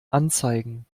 anzeigen